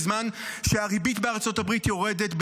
בזמן שהריבית בארצות הברית יורדת,